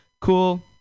cool